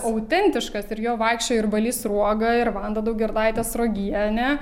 autentiškas ir juo vaikščiojo ir balys sruoga ir vanda daugirdaitė sruogienė